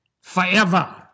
forever